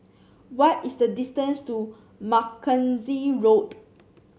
what is the distance to Mackenzie Road